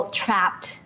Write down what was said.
trapped